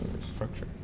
structure